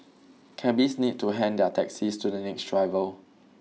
cabbies need to hand their taxis to the next driver